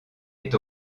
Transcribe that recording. est